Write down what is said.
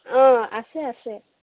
অঁ আছে আছে